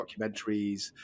documentaries